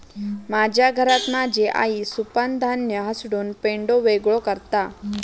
माझ्या घरात माझी आई सुपानं धान्य हासडून पेंढो वेगळो करता